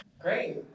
Great